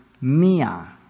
mia